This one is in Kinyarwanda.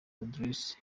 address